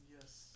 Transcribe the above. Yes